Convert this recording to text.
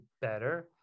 better